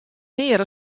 mear